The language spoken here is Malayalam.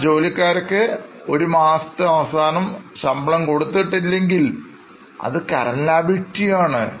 എന്നാൽ ജോലിക്കാർക്ക് ഒരു മാസത്തെ അവസാനം ശമ്പളം കൊടുത്തിട്ടില്ലെങ്കിൽ അത് Current Liabilities ആണ്